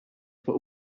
for